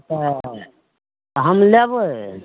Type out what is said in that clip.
तऽ हम लेबय